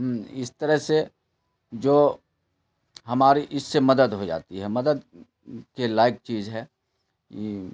اس طرح سے جو ہماری اس سے مدد ہو جاتی ہے مدد کے لائق چیز ہے